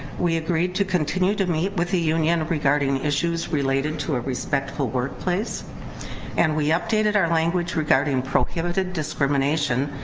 we agreed to continue to meet with the union regarding issues related to a respectful workplace and we updated our language regarding prohibited discrimination,